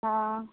हँ